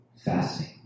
Fasting